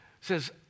says